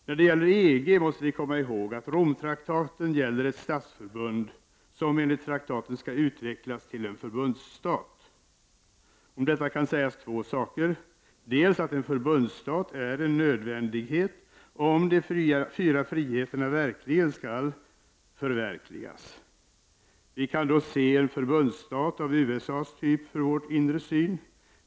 När det gäller EG måste vi komma ihåg att Romtraktaten gäller ett statsförbund som enligt traktaten skall utvecklas till en förbundsstat. Om detta kan sägas två saker. En förbundsstat är en nödvändighet om de fyra friheterna verkligen skall kunna förverkligas. Vi kan då se en förbundsstat av USA:s typ för vår inre syn.